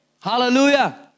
Hallelujah